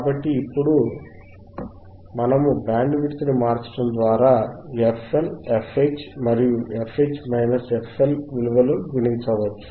కాబట్టి ఇప్పుడు మనము బ్యాండ్ విడ్త్ ని మార్చటం ద్వారా fL fH మరియు fH fL విలువలను గణించవచ్చు